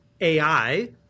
AI